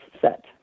set